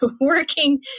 working